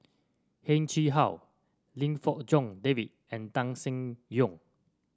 Heng Chee How Lim Fong Jock David and Tan Seng Yong